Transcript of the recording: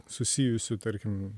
susijusių tarkim